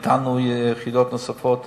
נתנו יחידות נוספות